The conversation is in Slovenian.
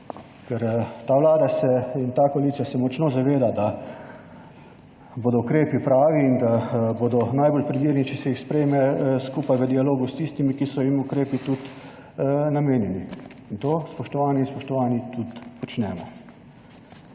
ker ta Vlada se in ta koalicija se močno zaveda, da bodo ukrepi pravi in da bodo najbolj predvidni, če se jih sprejme skupaj v dialogu s tistimi, ki so jim ukrepi tudi namenjeni. In to, spoštovane in spoštovani, tudi počnemo.